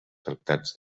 tractats